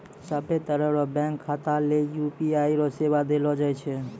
सभ्भे तरह रो बैंक खाता ले यू.पी.आई रो सेवा देलो जाय छै